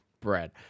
Brad